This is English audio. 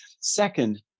Second